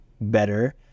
better